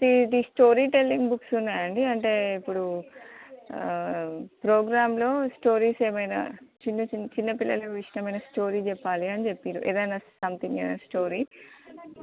the the story telling books ఉన్నాయా అండి అంటే ఇప్పుడు ప్రోగ్రామ్లో స్టోరీస్ ఏమైనా చిన్న చిన్న చిన్న పిల్లల ఇష్టమైన స్టోరీ చెప్పాలి అని చెప్పారు ఏదైనా సంథింగ్ ఏదైనా స్టోరీ